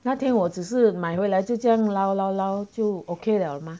那天我只是买回来就这样捞捞捞就 okay 了吗